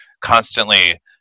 constantly